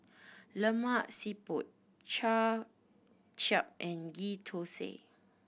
Lemak Siput Kway Chap and Ghee Thosai